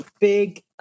big